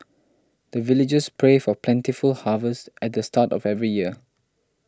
the villagers pray for plentiful harvest at the start of every year